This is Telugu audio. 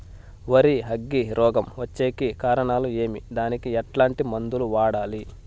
వరి అగ్గి రోగం వచ్చేకి కారణాలు ఏమి దానికి ఎట్లాంటి మందులు వాడాలి?